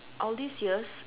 all these years